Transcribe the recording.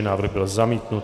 Návrh byl zamítnut.